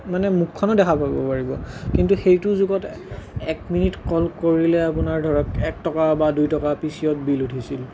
মানে মুখখনো দেখা কৰিব পাৰিব কিন্তু সেইটো যুগত এক মিনিট কল কৰিলে আপোনাৰ ধৰক এক টকা বা দুই টকা পি চি অত বিল উঠিছিল